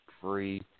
free